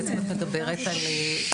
בעצם את מדברת על ההורים,